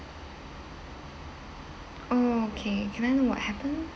okay can I know what happened